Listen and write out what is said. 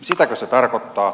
sitäkö se tarkoittaa